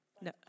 No